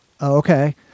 Okay